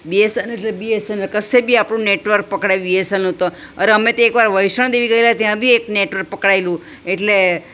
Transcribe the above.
BSNL એટલે BSNL કશે બી આપણું નેટવર્ક પકડે બીએસનલ તો અરે અમે તો એક વાર વૈષ્ણોદેવી ગયેલા ત્યાં બી એ નેટવર્ક પકડાયેલું એટલે